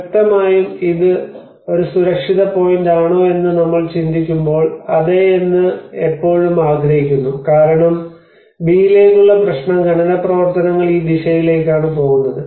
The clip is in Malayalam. വ്യക്തമായും ഇത് ഒരു സുരക്ഷിത പോയിന്റാണോ എന്ന് നമ്മൾ ചിന്തിക്കുമ്പോൾ അതെ എന്ന് എപ്പോഴും ആഗ്രഹിക്കുന്നു കാരണം ബിയിലേക്ക് ഉള്ള പ്രശ്നം ഖനന പ്രവർത്തനങ്ങൾ ഈ ദിശയിലേക്കാണ് പോകുന്നത്